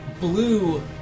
blue